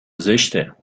زشته